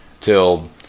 till